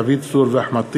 דוד צור ואחמד טיבי,